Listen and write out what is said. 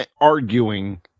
arguing